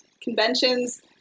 conventions